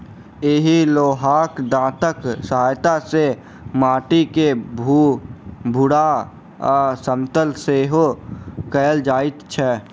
एहि लोहाक दाँतक सहायता सॅ माटि के भूरभूरा आ समतल सेहो कयल जाइत छै